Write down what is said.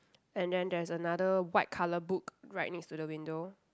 and then there's another white colour book right next to the window